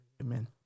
Amen